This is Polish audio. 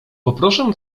poproszę